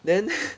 then